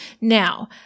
Now